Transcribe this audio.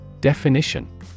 Definition